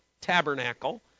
tabernacle